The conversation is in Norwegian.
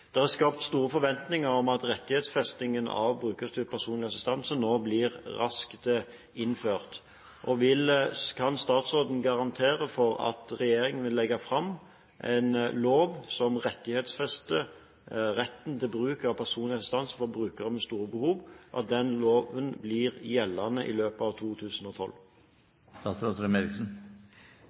Det er skapt store forventninger om at rettighetsfestingen av brukerstyrt personlig assistanse nå blir raskt innført. Kan statsråden garantere for at regjeringen vil legge fram en lov som rettighetsfester personlig assistanse for brukere med store behov, og at loven blir gjeldende i løpet av